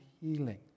healing